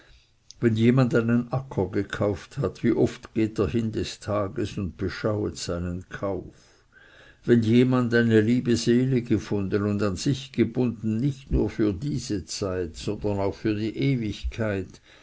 wenn jemand einen acker gekauft hat wie oft geht er hin des tages und beschauet seinen kauf wenn jemand eine liebe seele gefunden und an sich gebunden nicht nur für diese zeit sondern auch für die ewigkeit